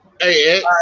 hey